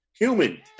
human